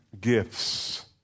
gifts